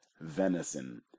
venison